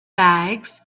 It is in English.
bags